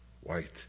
white